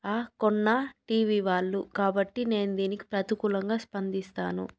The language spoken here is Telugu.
ఆ కొన్న టీవీ వాళ్లు కాబట్టి నేను దీనికి ప్రతికూలంగా స్పందిస్తాను